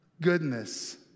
goodness